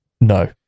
No